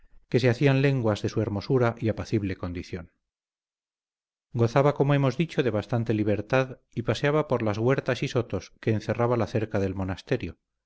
que se hacían lenguas de su hermosura y apacible condición gozaba como hemos dicho de bastante libertad y paseaba por las huertas y sotos que encerraba la cerca del monasterio